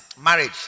Marriage